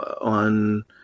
on